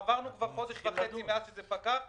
עבר כבר חודש וחצי מאז שזה פקע,